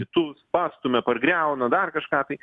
kitus pastumia pargriauna dar kažką tai